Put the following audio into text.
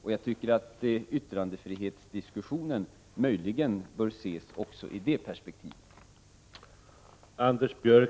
Möjligen bör yttrandefrihetsdiskussionen ses också i det perspektivet.